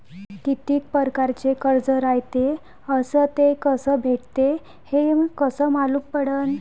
कितीक परकारचं कर्ज रायते अस ते कस भेटते, हे कस मालूम पडनं?